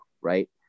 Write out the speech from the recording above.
right